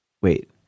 wait